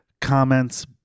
comments